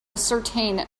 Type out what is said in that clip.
ascertain